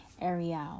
Ariel